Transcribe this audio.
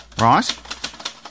Right